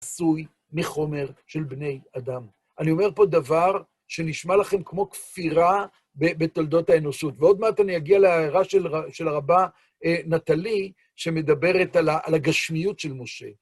עשוי מחומר של בני אדם. אני אומר פה דבר שנשמע לכם כמו כפירה בתולדות האנושות, ועוד מעט אני אגיע להערה של הרבה נטלי, שמדברת על הגשמיות של משה.